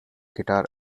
guitar